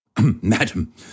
Madam